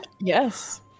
Yes